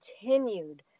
continued